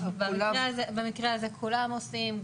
במקרה הזה כולם עושים.